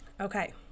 okay